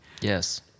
Yes